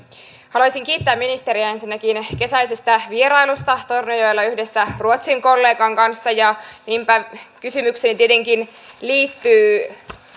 haluaisin kiittää ministeriä ensinnäkin kesäisestä vierailusta tornionjoella yhdessä ruotsin kollegan kanssa ja niinpä kysymykseni tietenkin liittyy